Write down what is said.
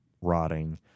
rotting